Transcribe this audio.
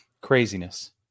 Craziness